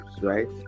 right